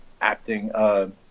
acting